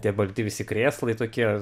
tie balti visi krėslai tokie